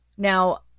Now